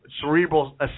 Cerebral